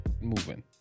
moving